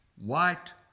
white